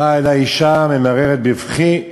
באה אלי אישה ממררת בבכי,